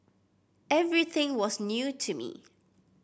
everything was new to me